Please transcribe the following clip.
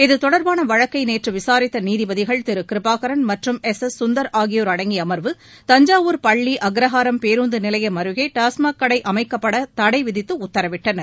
இதுதொடர்பான வழக்கை விசாரித்த நீதிபதிகள் நேற்று திரு கிருபாகரன் மற்றும் எஸ் எஸ் சுந்தர் ஆகியோர் அடங்கிய அமர்வு தஞ்சாவூர் பள்ளி அக்ரஹாரம் பேருந்து நிலையம் அருகே டாஸ்மாக் கடை அமைக்க தடை விதித்து உத்தரவிட்டனர்